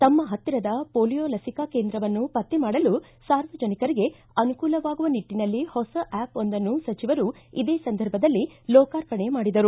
ತಮ್ಮ ಹತ್ತಿರದ ಪೋಲಿಯೋ ಲಸಿಕಾ ಕೇಂದ್ರವನ್ನು ಪತ್ತೆ ಮಾಡಲು ಸಾರ್ವಜನಿಕರಿಗೆ ಅನುಕೂಲವಾಗುವ ನಿಟ್ಟನಲ್ಲಿ ಹೊಸ ಆಪ್ ಒಂದನ್ನು ಸಚಿವರು ಇದೇ ಸಂದರ್ಭದಲ್ಲಿ ಲೋಕಾರ್ಪಣೆ ಮಾಡಿದರು